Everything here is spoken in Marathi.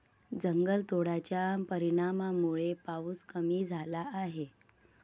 जंगलतोडाच्या परिणामामुळे पाऊस कमी झाला आहे